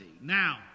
Now